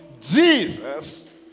Jesus